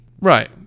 Right